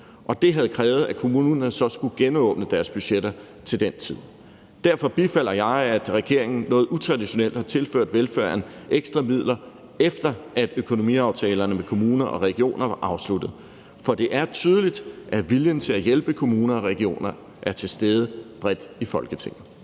det havde krævet, at kommunerne så skulle genåbne deres budgetter til den tid. Derfor bifalder jeg, at regeringen noget utraditionelt har tilført velfærden ekstra midler, efter at økonomiaftalerne med kommuner og regioner var afsluttet. For det er tydeligt, at viljen til at hjælpe kommuner og regioner er til stede bredt i Folketinget.